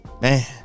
man